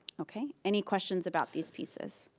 okay, any questions about these pieces?